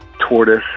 Tortoise